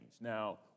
Now